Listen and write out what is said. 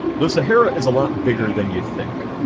the sahara is a lot bigger than you think.